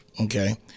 Okay